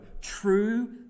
true